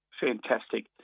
fantastic